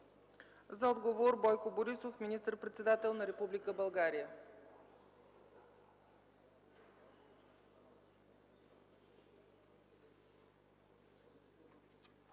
За отговор – Бойко Борисов, министър-председател на Република България.